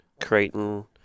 Creighton